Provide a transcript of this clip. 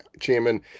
chairman